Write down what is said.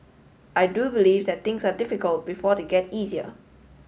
I do believe that things are difficult before they get easier